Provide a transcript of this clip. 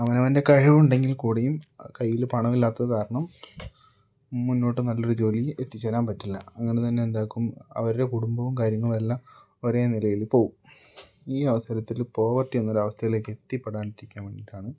അവനവൻ്റെ കഴിവുണ്ടെങ്കിൽക്കൂടിയും കയ്യിൽ പണമില്ലാത്തതു കാരണം മുന്നോട്ട് നല്ലൊരു ജോലിയിൽ എത്തിച്ചേരാൻ പറ്റില്ല അങ്ങനെതന്നെ എന്താക്കും അവരുടെ കുടുംബവും കാര്യങ്ങളും എല്ലാം ഒരേ നിലയിൽ പോവും ഈ അവസരത്തിൽ പോവർട്ടി എന്ന ഒരവസ്ഥയിലേക്ക് എത്തിപ്പെടാണ്ടിരിക്കാൻ വേണ്ടിയിട്ടാണ്